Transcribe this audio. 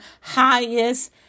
highest